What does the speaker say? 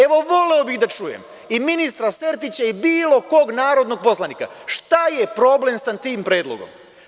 Evo, voleo bih da čujem, i ministra Sertića i bilo kog narodnog poslanika, šta je problem sa tim predlogom?